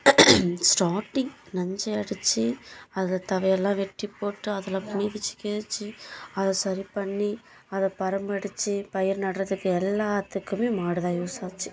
starting நஞ்சை அடித்து அதை தவையல்லாம் வெட்டி போட்டு அதில் மிதித்து கிதித்து அதை சரி பண்ணி அதை பரம் அடித்து பயிர் நடுறதுக்கு எல்லாத்துக்குமே மாடுதான் யூஸ் ஆச்சு